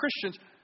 Christians